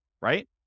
right